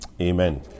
Amen